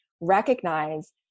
recognize